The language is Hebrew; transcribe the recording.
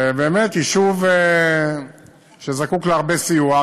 באמת יישוב שזקוק להרבה סיוע,